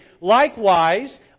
Likewise